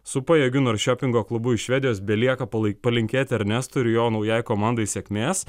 su pajėgiu norčiopingo klubu iš švedijos belieka palai palinkėti ernestui ir jo naujai komandai sėkmės